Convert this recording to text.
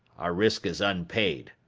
our risk is unpaid.